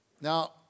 Now